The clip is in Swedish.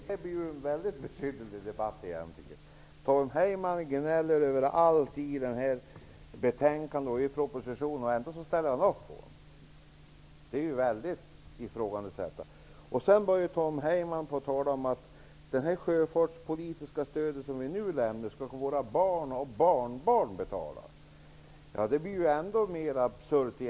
Herr talman! Det här har blivit en mycket besynnerlig debatt. Tom Heyman gnäller över allting i betänkandet och i propositionen. Ändå ställer han upp på dem. Det kan verkligen ifrågasättas. Sedan började Tom Heyman tala om att det sjöfartspolitiska stöd som vi nu lämnar skall betalas av våra barn och barnbarn. Då blir det ännu mera absurt.